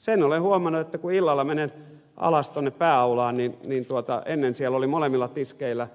sen olen huomannut että kun illalla menen alas tuonne pääaulaan niin ennen siellä oli molemmilla tiskeillä